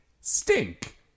stink